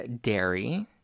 Dairy